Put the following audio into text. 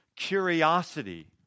curiosity